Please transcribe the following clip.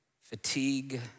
Fatigue